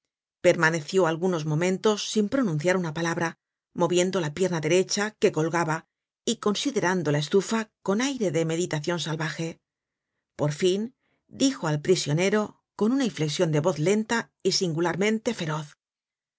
permaneció algunos momentos sin pronunciar una palabra moviendo la pierna derecha que colgaba y considerando la estufa con aire de meditacion salvaje por fin dijo al prisionero con una inflexion de voz lenta y singularmente feroz